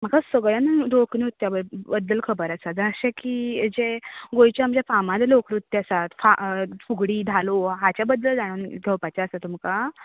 म्हाका सगळ्या लोकनृत्या बद्दल खबर आसा जशे की गोंयचे आमचे फामाद लोकनृत्य आसात फुगडी धालो हाचे बद्दल जाणून घेवपाचें जाय तुमकां